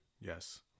Yes